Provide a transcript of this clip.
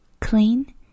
Clean